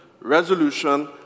resolution